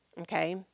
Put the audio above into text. Okay